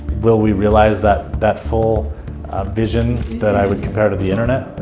will we realize that that full vision that i would compare to the internet,